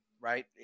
right